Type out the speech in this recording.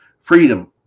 freedom